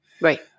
Right